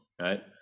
right